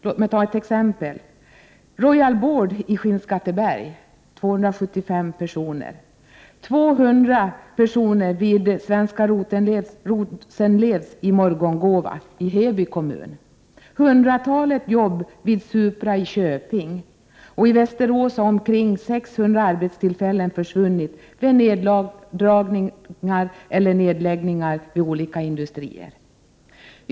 Låt mig ta några exempel: 275 personer vid Royal Board AB i Skinnskatteberg, 200 vid Svenska Rosenlew AB i Morgongåva i Heby kommun, hundratalet jobb vid Supra AB i Köping, och i Västerås har omkring 600 arbetstillfällen försvunnit vid nedläggningar eller neddragningar vid olika industrier.